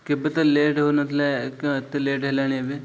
କେବେ ତ ଲେଟ୍ ହଉନଥିଲା ଏତେ ଲେଟ୍ ହେଲାଣି ଏବେ